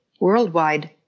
worldwide